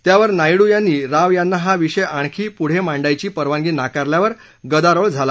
त्यावर नायडू यांनी राव यांना हा विषय आणखी पुढे मांडण्याची परवानगी नाकारल्यावर गदारोळ झाला